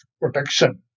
protection